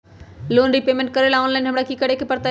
Loan repayment करेला online हमरा की करे के परतई?